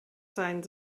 sein